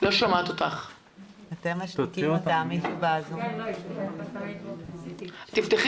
אני נכנס איתו וממלא את הטפסים.